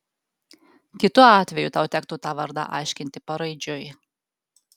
kitu atveju tau tektų tą vardą aiškinti paraidžiui